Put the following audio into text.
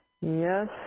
Yes